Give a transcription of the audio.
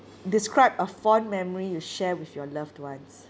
describe a fond memory you share with your loved ones